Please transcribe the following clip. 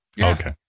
Okay